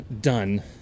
done